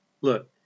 Look